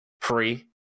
free